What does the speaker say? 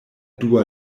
dua